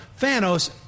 Thanos